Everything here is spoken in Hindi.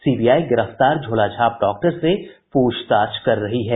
सीबीआई गिरफ्तार झोलाछाप डॉक्टर से पूछताछ कर रही है